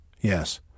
Yes